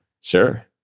Sure